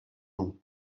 nom